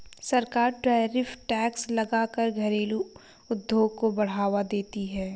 सरकार tariff tax लगा कर घरेलु उद्योग को बढ़ावा देती है